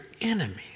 enemies